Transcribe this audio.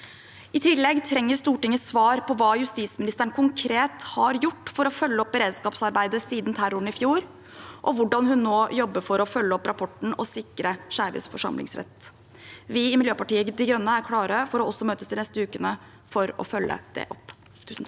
I tillegg trenger Stortinget svar på hva justisministeren konkret har gjort for å følge opp beredskapsarbeidet siden terroren i fjor, og hvordan hun nå jobber for å følge opp rapporten og sikre skeives forsamlingsrett. Vi i Miljøpartiet De Grønne er klare for å møtes også de neste ukene for å følge det opp. Kjell